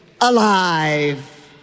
alive